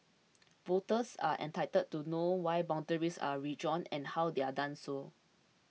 voters are entitled to know why boundaries are redrawn and how they are done so